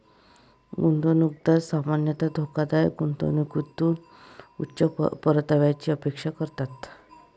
गुंतवणूकदार सामान्यतः धोकादायक गुंतवणुकीतून उच्च परताव्याची अपेक्षा करतात